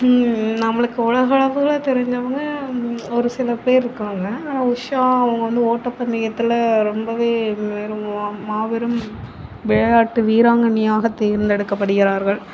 நம்மளுக்கு உலகளவுல தெரிஞ்சவங்க ஒரு சில பேர் இருக்காங்க உஷா அவங்க வந்து ஓட்டப்பந்தயத்தில் ரொம்பவே மாபெரும் விளையாட்டு வீராங்கனையாக தேர்ந்தெடுக்கப்படுகிறார்கள்